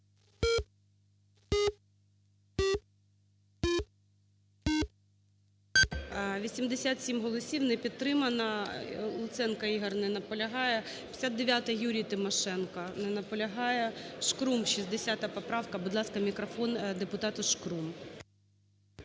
87 голосів, не підтримана. Луценко Ігор. Не наполягає. 59-а, Юрій Тимошенко. Не наполягає. Шкрум, 60 поправка. Будь ласка, мікрофон депутату Шкрум.